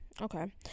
Okay